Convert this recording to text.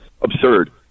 absurd